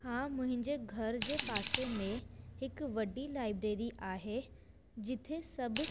हा मुंहिंजे घर जे पासे में हिकु वॾी लाइबेरी आहे जिते सभु